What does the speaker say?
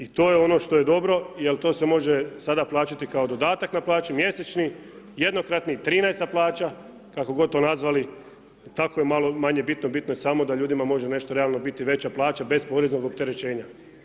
I to je ono što je dobro, jel' to se može sada plaćati kao dodatak na plaći, mjesečni, jednokratni, 13-ta plaća, kako to nazvali tako je malo manje bitno, bitno je samo da ljudima može nešto realno biti veća plaća bez poreznog opterećenja.